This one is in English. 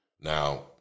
now